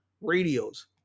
radios